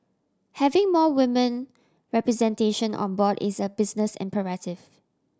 having more women representation on board is a business imperative